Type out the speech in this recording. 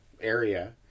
area